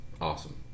awesome